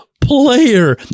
player